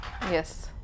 Yes